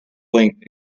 blinked